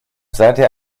seither